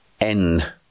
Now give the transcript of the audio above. end